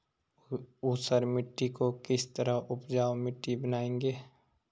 ऊसर मिट्टी को किस तरह उपजाऊ मिट्टी बनाएंगे?